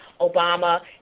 Obama